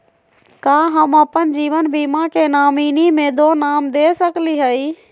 का हम अप्पन जीवन बीमा के नॉमिनी में दो नाम दे सकली हई?